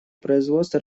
производства